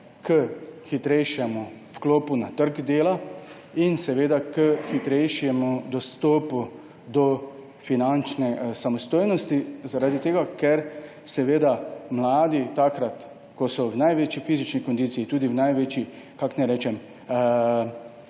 k hitrejšemu vstopu na trg dela in k hitrejšemu dostopu do finančne samostojnosti? Zato ker so mladi, ko so v največji fizični kondiciji in tudi v največji, kako naj rečem,